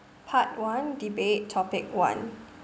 part one debate topic one